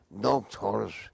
doctors